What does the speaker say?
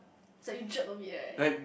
so you jerk of it right